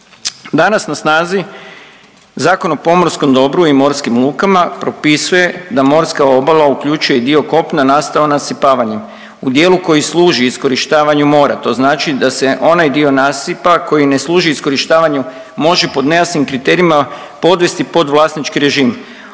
Danas na snazi Zakon o pomorskom dobru i morskim lukama propisuje da morska obala uključuje i dio kopna nastao nasipavanjem u dijelu koji služi iskorištavanju mora. To znači da se onaj dio nasipa koji ne služi iskorištavanju može pod nejasnim kriterijima podvesti pod vlasnički režim.